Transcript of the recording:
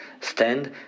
stand